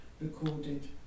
recorded